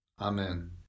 Amen